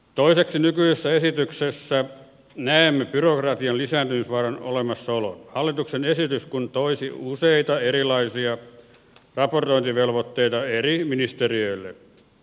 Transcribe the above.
toiseksi nykyisessä esityksessä näemme byrokratian lisääntymisvaaran olemassaolon hallituksen esitys kun toisi useita erilaisia raportointivelvoitteita eri ministeriöille